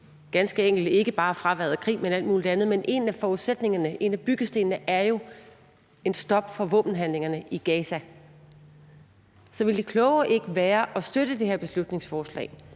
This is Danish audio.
ganske enkelt ikke bare fraværet af krig, men alt muligt andet. En af forudsætningerne og en af byggestenene er jo et stop for våbenhandlingerne i Gaza. Så ville det kloge ikke være at støtte det her beslutningsforslag?